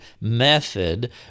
method